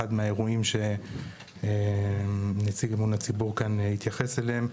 מהאירועים שנציג אמון הציבור כאן התייחס אליהם.